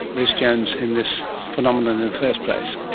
rhys jones, in this phenomenon in the first place?